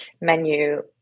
menu